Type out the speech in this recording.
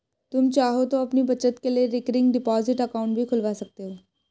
तुम चाहो तो अपनी बचत के लिए रिकरिंग डिपॉजिट अकाउंट भी खुलवा सकते हो